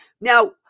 Now